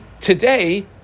today